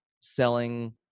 selling